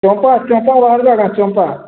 କେନ୍ତା କେନ୍ତାରୁ ବାହାରିବେ ଆଜ୍ଞା କେନ୍ତା